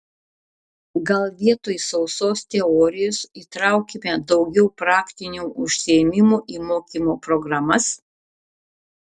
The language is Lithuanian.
gal vietoj sausos teorijos įtraukime daugiau praktinių užsiėmimų į mokymo programas